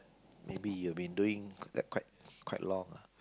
maybe you've been doing like quite quite long ah